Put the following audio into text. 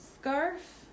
scarf